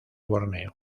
borneo